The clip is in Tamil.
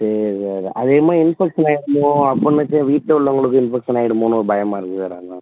சரி சார் அநேகமாக இன்ஃபெக்ஷன் ஆயிருக்குமோ அப்புறமேட்டு வீட்டில உள்ளவங்களுக்கு இன்ஃபெக்ஷன் ஆயிடுமோன்னு ஒரு பயமாக இருக்கு சார் அதனால்